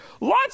Lots